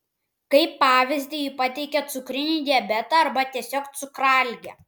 kaip pavyzdį ji pateikia cukrinį diabetą arba tiesiog cukraligę